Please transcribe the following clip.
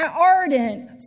ardent